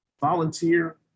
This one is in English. volunteer